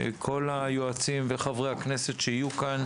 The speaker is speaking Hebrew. כל היועצים וחברי הכנסת שיהיו כאן,